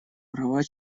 права